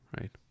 right